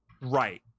Right